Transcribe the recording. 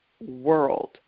world